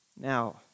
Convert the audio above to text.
Now